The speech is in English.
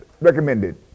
recommended